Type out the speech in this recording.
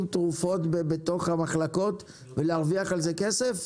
תרופות בתוך המחלקות ולהרוויח על זה כסף?